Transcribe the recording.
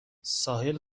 ساحل